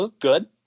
good